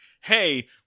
hey